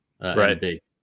right